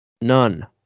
none